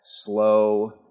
slow